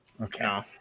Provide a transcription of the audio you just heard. Okay